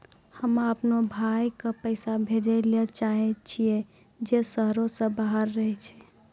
हम्मे अपनो भाय के पैसा भेजै ले चाहै छियै जे शहरो से बाहर रहै छै